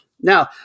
Now